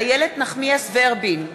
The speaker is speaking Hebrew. איילת נחמיאס ורבין,